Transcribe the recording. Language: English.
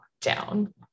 down